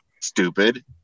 stupid